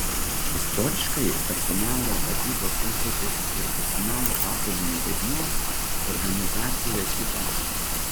istoriškai personalo vadybos užduotys ir personalo padalinio vaidmuo organizacijoje kito